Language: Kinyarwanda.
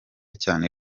cyane